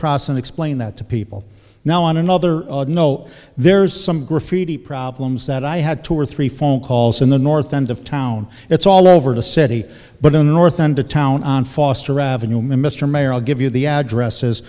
process and explain that to people now on another note there's some graffiti problems that i had two or three phone calls in the north end of town it's all over the city but in the north end of town on foster avenue mr mayor i'll give you the addresses